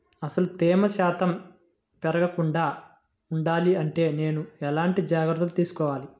అసలు తేమ శాతం పెరగకుండా వుండాలి అంటే నేను ఎలాంటి జాగ్రత్తలు తీసుకోవాలి?